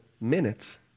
minutes